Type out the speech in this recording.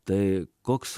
tai koks